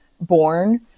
born